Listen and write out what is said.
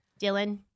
Dylan